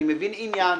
אני מבין עניין,